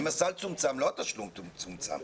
אם הסל צומצם ולא התשלום צומצם?